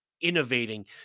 innovating